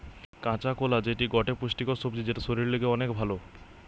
কাঁচা কোলা যেটি গটে পুষ্টিকর সবজি যেটা শরীরের লিগে অনেক ভাল